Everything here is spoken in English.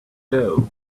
doe